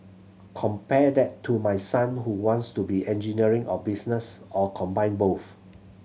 compare that to my son who wants to do engineering or business or combine both